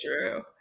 true